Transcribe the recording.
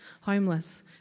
homeless